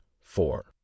four